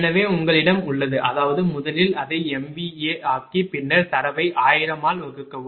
எனவே உங்களிடம் உள்ளது அதாவது முதலில் அதை MVA ஆக்கி பின்னர் தரவை 1000 ஆல் வகுக்கவும்